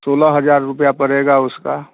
सोलह हज़ार रुपया पड़ेगा उसका